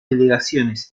delegaciones